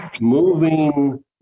moving